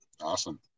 Awesome